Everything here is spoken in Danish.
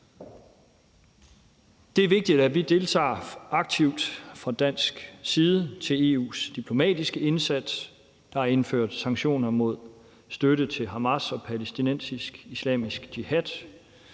Det er vigtigt, at vi deltager aktivt fra dansk side i EU's diplomatiske indsats. Der er indført sanktioner mod støtte til Hamas og palæstinensisk-islamisk jihad,